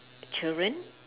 children